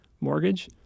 mortgage